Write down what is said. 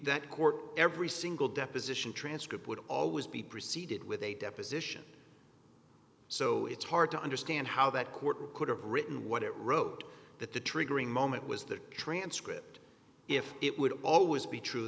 that court every single deposition transcript would always be preceded with a deposition so it's hard to understand how that court could have written what it wrote that the triggering moment was the transcript if it would always be true